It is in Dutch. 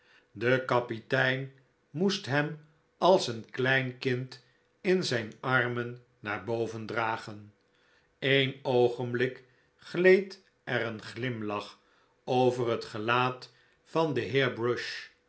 de kapitein moest hem als een klein kind in zijn armen naar boven dragen een oogenblik gleed er een glimlach over het gelaat van den heer